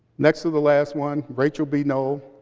next to the last one, rachel b noel,